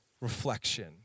reflection